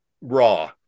raw